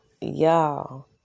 y'all